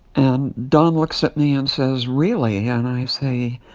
and don looks at me and says, really? yeah and i say,